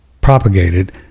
propagated